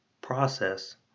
process